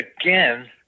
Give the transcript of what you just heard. again